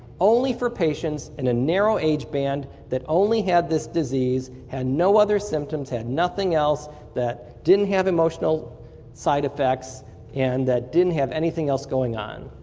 only for patients in a narrow age band that only had this disease, had no other estimates, had nothing else that didn't have emotional side effects and that didn't have anything else going on.